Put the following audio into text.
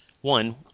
One